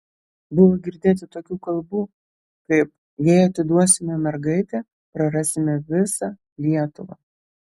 buvo girdėti tokių kalbų kaip jei atiduosime mergaitę prarasime visą lietuvą